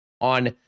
on